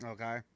Okay